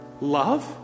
Love